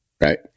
right